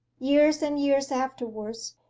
years and years afterwards,